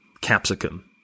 capsicum